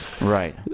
right